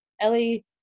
Ellie